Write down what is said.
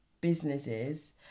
businesses